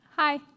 Hi